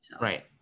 Right